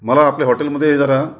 मला आपल्या हॉटेलमध्ये जरा